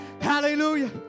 Hallelujah